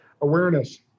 Awareness